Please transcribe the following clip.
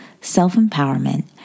self-empowerment